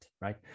right